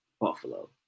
Buffalo